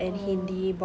orh